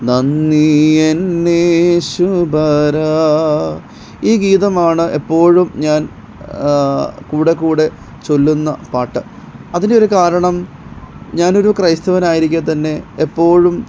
നന്ദി എൻ യേശു പരാ ഈ ഗീതമാണ് എപ്പോഴും ഞാൻ കൂടെകൂടെ ചൊല്ലുന്ന പാട്ട് അതിനൊരു കാരണം ഞാനൊരു ക്രൈസ്തവനായിരിക്കെ തന്നെ എപ്പോഴും